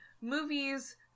movies